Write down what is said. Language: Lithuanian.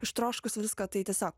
ištroškusi visko tai tiesiog